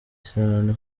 cyane